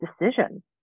decision